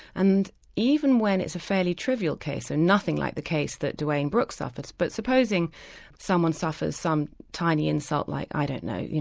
and even when it's a fairly trivial case and nothing like the case that dwayne brooks suffers, but supposing someone suffers some tiny insult like i don't know,